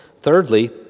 Thirdly